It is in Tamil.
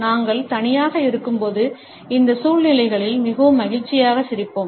நாங்கள் தனியாக இருக்கும்போது இந்த சூழ்நிலைகளில் மிகவும் மகிழ்ச்சியாக சிரிப்போம்